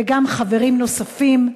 וגם חברים נוספים,